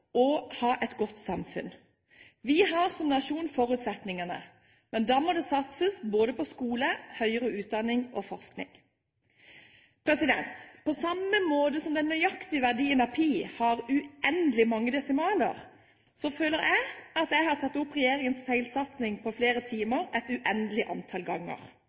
og et godt samfunn. Vi har som nasjon forutsetningene, men da må det satses både på skole, på høyere utdanning og på forskning. På samme måte som den nøyaktige verdien av pi har uendelig mange desimaler, føler jeg at jeg har tatt opp regjeringens feilsatsing på flere timer et uendelig antall ganger.